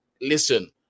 Listen